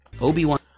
Obi-Wan